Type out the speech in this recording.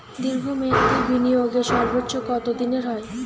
দীর্ঘ মেয়াদি বিনিয়োগের সর্বোচ্চ কত দিনের হয়?